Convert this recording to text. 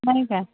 नाही का